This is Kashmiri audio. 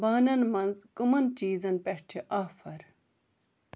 بانَن مَنٛز کٕمَن چیٖزن پٮ۪ٹھ چھِ آفر